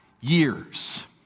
years